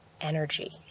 energy